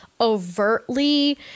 overtly